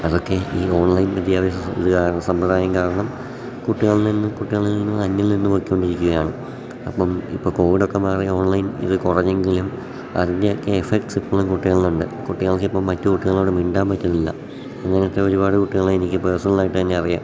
അതൊക്കെ ഈ ഓൺലൈൻ വിദ്യാഭ്യാസം ഇത് കാര സമ്പ്രദായം കാരണം കുട്ടികളിൽ നിന്ന് കുട്ടികളിൽ നിന്ന് അന്യം നിന്ന് പൊയ്ക്കൊണ്ടിരിക്കുകയാണ് അപ്പം ഇപ്പം കോവിഡൊക്കെ മാറി ഓൺലൈൻ ഇത് കുറഞ്ഞെങ്കിലും അതിൻ്റൊക്കെ എഫക്ട്സ് ഇപ്പോഴും കുട്ടികളിലുണ്ട് കുട്ടികൾക്ക് ഇപ്പം മറ്റു കുട്ടികളോട് മിണ്ടാൻ പറ്റുന്നില്ല അങ്ങനത്തെ ഒരുപാട് കുട്ടികളെ എനിക്ക് പേഴസണലായിട്ട് തന്നെ അറിയാം